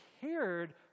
cared